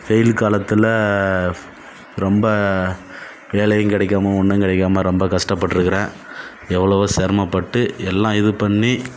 வெயில் காலத்தில் ரொம்ப வேலையும் கெடைக்காம ஒன்றும் கிடைக்காம ரொம்ப கஷ்டப்பட்டிருக்குறேன் எவ்வளவோ சிரமப்பட்டு எல்லாம் இது பண்ணி